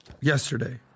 yesterday